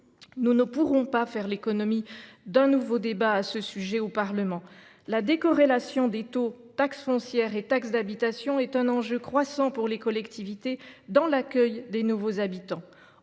Nous ne pourrons pas faire l’économie d’un nouveau débat sur le sujet au Parlement. La décorrélation des taux de taxe foncière et de taxe d’habitation est un enjeu croissant pour les collectivités en vue de l’accueil de nouveaux habitants.